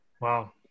Wow